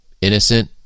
innocent